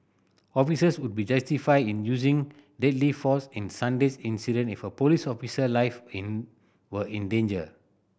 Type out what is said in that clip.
officers would be justified in using deadly force in Sunday's incident if a police officer life in were in danger